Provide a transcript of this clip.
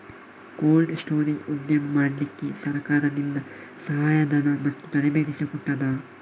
Cold storage ಉದ್ಯಮ ಮಾಡಲಿಕ್ಕೆ ಸರಕಾರದಿಂದ ಸಹಾಯ ಧನ ಮತ್ತು ತರಬೇತಿ ಸಿಗುತ್ತದಾ?